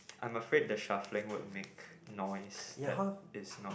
I'm afraid that shuffling would make noise that is not